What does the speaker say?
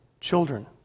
children